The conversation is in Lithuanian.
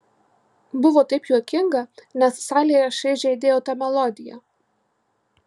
buvo taip juokinga nes salėje šaižiai aidėjo ta melodija